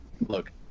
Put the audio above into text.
look